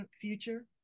future